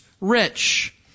rich